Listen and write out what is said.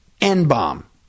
N-bomb